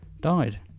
died